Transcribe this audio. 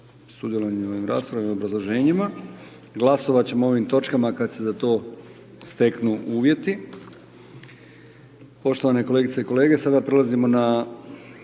uvjeti